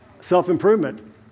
Self-improvement